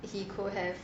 he could have